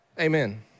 Amen